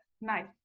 nice